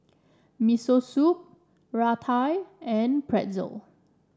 Miso Soup Raita and Pretzel